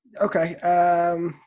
Okay